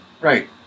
Right